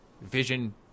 vision